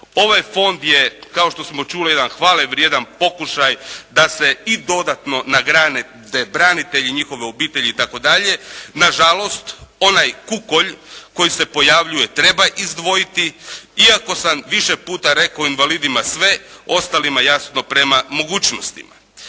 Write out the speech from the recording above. Ovaj Fond je kao što smo čuli jedan hvale vrijedan pokušaj da se i dodatno nagrade branitelji i njihove obitelji i tako dalje. Nažalost, onaj kukolj koji se pojavljuje treba izdvojiti, iako sam više puta rekao, invalidima sve ostalima jasno prema mogućnostima.